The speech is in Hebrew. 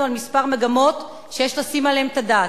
על כמה מגמות שיש לשים עליהן את הדעת.